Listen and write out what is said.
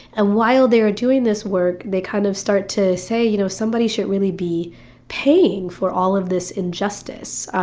ah while they're doing this work they kind of start to say, you know, somebody should really be paying for all of this injustice.